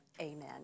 amen